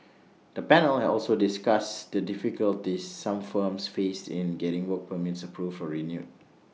the panel also discussed the difficulties some firms faced in getting work permits approved or renewed